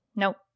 Nope